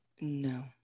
No